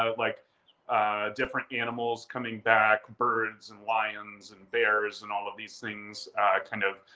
um like different animals coming back, birds and lions and bears and all of these things kind of